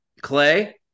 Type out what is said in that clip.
Clay